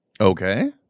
Okay